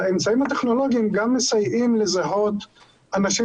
האמצעים הטכנולוגיים גם מסייעים לזהות אנשים